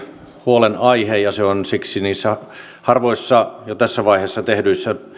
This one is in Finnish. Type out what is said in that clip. huolenaihe ja se on siksi niissä harvoissa jo tässä vaiheessa tehdyissä